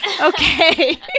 Okay